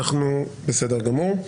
בסדר גמור.